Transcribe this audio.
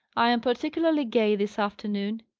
i am particularly gay this afternoon,